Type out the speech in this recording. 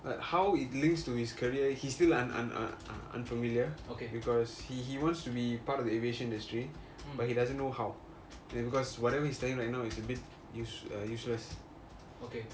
but how it links to his career he is still un~ un~ un~ unfamiliar because he he he wants to be part of aviation industry but he doesn't know how because whatever he is studying right now is a bit uh a bit useless